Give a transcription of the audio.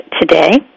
today